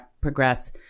progress